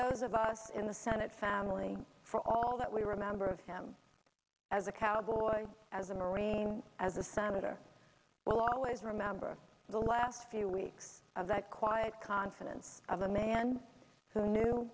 those of us in the senate family for all that we remember of him as a cowboy as a marine as a senator will always remember the last few weeks of that quiet confidence of a man who knew